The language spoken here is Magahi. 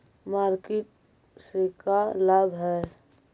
मार्किट से का लाभ है?